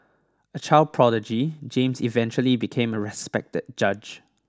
a child prodigy James eventually became a respected judge